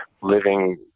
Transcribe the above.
living